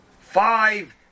Five